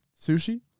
sushi